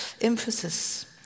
emphasis